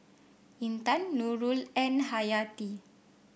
Intan Nurul and Hayati